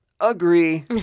Agree